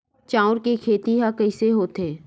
चांउर के खेती ह कइसे होथे?